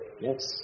Yes